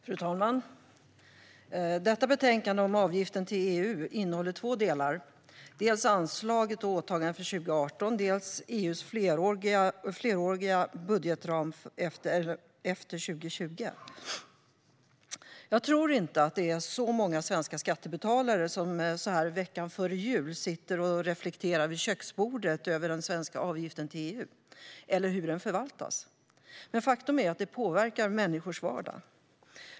Fru talman! Detta betänkande om avgiften till EU innehåller två delar, dels anslaget och åtaganden för 2018, dels EU:s fleråriga budgetram efter 2020. Jag tror inte att det är så många svenska skattebetalare som så här veckan före jul sitter och reflekterar vid köksbordet över den svenska avgiften till EU eller hur den förvaltas. Men faktum är att den påverkar människors vardag.